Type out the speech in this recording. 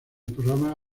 programa